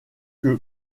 que